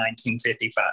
1955